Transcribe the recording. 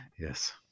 yes